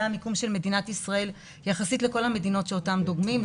זה המיקום של מדינת ישראל יחסית לכל המדינות שאותן דוגמים,